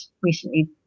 recently